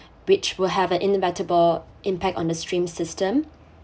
which will have an inevitable impact on the stream system